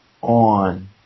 on